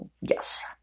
Yes